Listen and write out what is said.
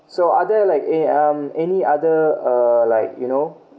so other like a um any other uh like you know